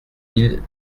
mille